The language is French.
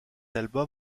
album